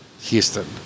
Houston